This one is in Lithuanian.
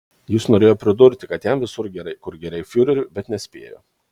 jis norėjo pridurti kad jam visur gerai kur gerai fiureriui bet nespėjo